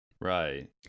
Right